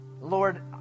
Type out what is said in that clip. Lord